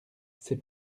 ces